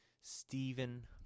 Stephen